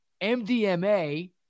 MDMA